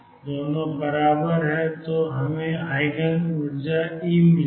दोनों बराबर हैं तो हमें ईजिन ऊर्जा ई मिल गई है